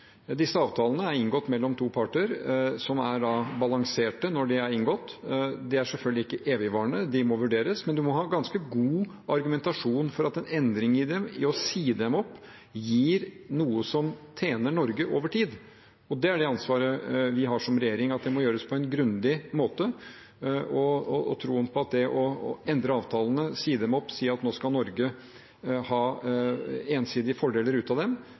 Disse avtalene er inngått mellom to parter, de ble balansert da de ble inngått. De er selvfølgelig ikke evigvarende – de må vurderes. Men man må ha ganske god argumentasjon for at en endring i dem, en oppsigelse av dem, gir noe som tjener Norge over tid. Dette er det ansvaret vi har som regjering: Det må gjøres på en grundig måte. Troen på at det å endre avtalene, si dem opp og si at nå skal Norge ha ensidige fordeler ut av